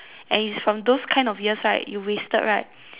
and is from those kind of years right you wasted right